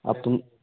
अब तुम